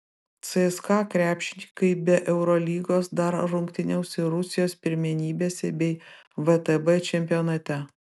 cska krepšininkai be eurolygos dar rungtyniaus ir rusijos pirmenybėse bei vtb čempionate